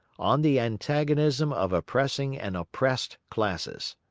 on the antagonism of oppressing and oppressed classes.